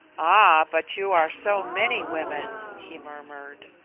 ah! but you are so many women, he murmured.